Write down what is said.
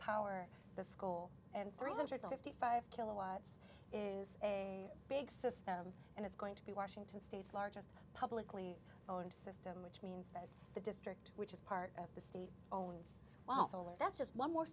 power the school and three hundred fifty five kilowatts is a big system and it's going to be washington state's largest publicly owned system which means that it which is part of the state owns all solar that's just one more